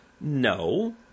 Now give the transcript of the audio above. No